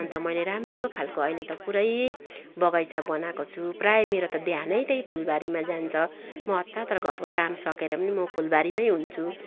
अन्त मैले राम्रो खालको अहिले त पुरै बगैँचा बनाएको छु प्राय मेरो ध्यानै त त्यही फुलबारीमा जान्छ म हतार हतार घरको काम सकेर पनि म फुलबारीमै हुन्छु मलाई